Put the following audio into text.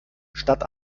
statt